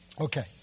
Okay